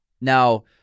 now